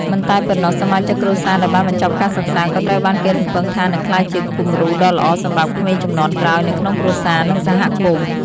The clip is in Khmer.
មិនតែប៉ុណ្ណោះ សមាជិកគ្រួសារដែលបានបញ្ចប់ការសិក្សា ក៏ត្រូវបានគេរំពឹងថានឹងក្លាយជាគំរូដ៏ល្អសម្រាប់ក្មេងជំនាន់ក្រោយនៅក្នុងគ្រួសារ និងសហគមន៍។